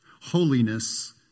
holiness